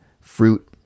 fruit